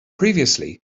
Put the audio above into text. previously